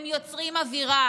הם יוצרים אווירה.